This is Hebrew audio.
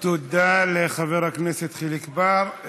תודה לחבר הכנסת חיליק בר.